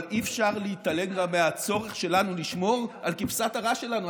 אבל אי-אפשר להתעלם גם מהצורך שלנו לשמור על כבשת הרש שלנו,